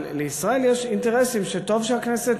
אבל לישראל יש אינטרסים שטוב שהכנסת